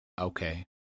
Okay